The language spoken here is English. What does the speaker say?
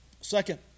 Second